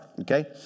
okay